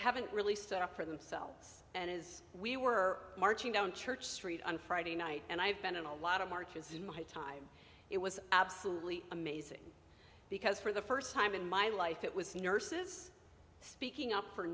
haven't really stood up for themselves and as we were marching down church street on friday night and i've been in a lot of marches in my time it was absolutely amazing because for the first time in my life it was nurses speaking up for